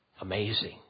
Amazing